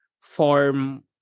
form